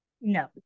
No